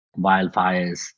wildfires